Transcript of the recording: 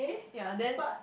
ya then